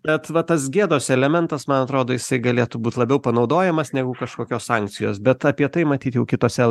bet va tas gėdos elementas man atrodo jisai galėtų būt labiau panaudojamas negu kažkokios sankcijos bet apie tai matyt jau kitose